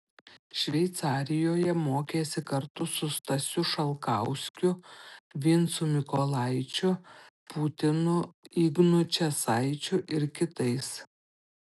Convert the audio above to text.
šveicarijoje mokėsi kartu su stasiu šalkauskiu vincu mykolaičiu putinu ignu česaičiu ir kitais